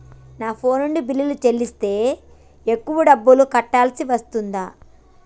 నా ఫోన్ నుండి బిల్లులు చెల్లిస్తే ఎక్కువ డబ్బులు కట్టాల్సి వస్తదా?